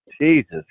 Jesus